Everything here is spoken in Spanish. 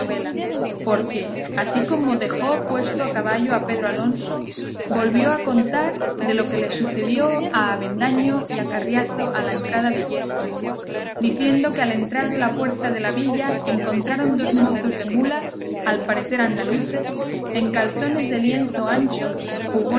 porque así como dejó puesto a caballo a pedro alonso volvió a contar de lo que les sucedió a avendaño y a carriazo a la entrada de illescas diciendo que al entrar de la puerta de la villa encontraron dos mozos de mulas al parecer andaluces en calzones de lienzo anchos